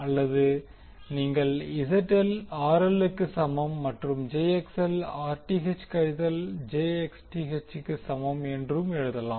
அல்லது நீங்கள் ZL RL க்கு சமம் மற்றும் jXL Rth கழித்தல் jXth க்கு சமம் என்றும் எழுதலாம்